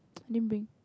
then bring